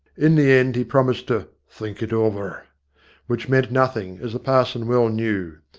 in the end he promised to think it over which meant nothing, as the parson well knew.